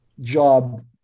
job